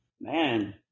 Man